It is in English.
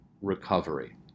recovery